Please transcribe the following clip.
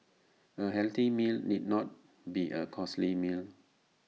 A healthy meal need not be A costly meal